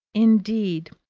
indeed,